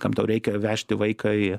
kam tau reikia vežti vaiką į